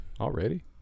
Already